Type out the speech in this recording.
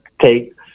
take